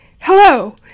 Hello